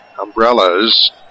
umbrellas